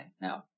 No